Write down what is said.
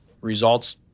results